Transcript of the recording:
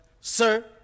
sir